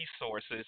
resources